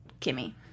Kimmy